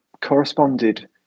corresponded